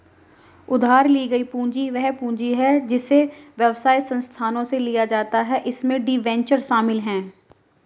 उधार ली गई पूंजी वह पूंजी है जिसे व्यवसाय संस्थानों से लिया जाता है इसमें डिबेंचर शामिल हैं